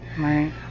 Right